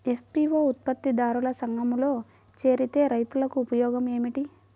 FPO ఉత్పత్తి దారుల సంఘములో చేరితే రైతులకు ఉపయోగము ఏమిటి?